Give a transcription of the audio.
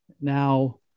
now